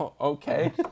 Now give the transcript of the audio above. okay